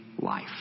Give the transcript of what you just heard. life